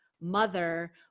mother